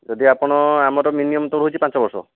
ଯଦି ଆପଣ ଆମର ମିନିମମ ତ ହେଉଛି ପାଞ୍ଚବର୍ଷ